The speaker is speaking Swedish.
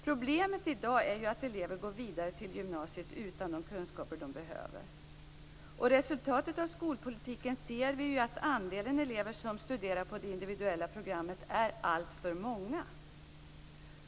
Problemet i dag är ju att elever går vidare till gymnasiet utan de kunskaper de behöver. Resultatet av skolpolitiken ser vi i att andelen elever som studerar på det individuella programmet är alltför många.